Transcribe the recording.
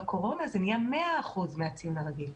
בקורונה זה נהיה 100% מהציון הרגיל.